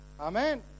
Amen